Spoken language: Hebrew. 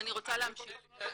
זו מטרת הדיון.